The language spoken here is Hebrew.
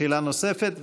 שאלה נוספת,